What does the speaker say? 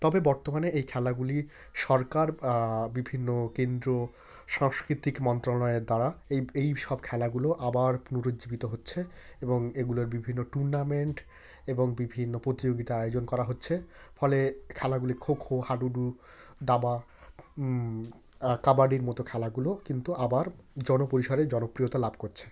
তবে বর্তমানে এই খেলাগুলি সরকার বিভিন্ন কেন্দ্র সাংস্কৃতিক মন্ত্রণালয়ের দ্বারা এই এই সব খেলাগুলো আবার পুনরুজ্জীবিত হচ্ছে এবং এগুলোর বিভিন্ন টুর্নামেন্ট এবং বিভিন্ন প্রতিযোগিতার আয়োজন করা হচ্ছে ফলে খেলাগুলি খোখো হাডুডু দাবা কাবাডির মতো খেলাগুলো কিন্তু আবার জনপরিসরে জনপ্রিয়তা লাভ করছে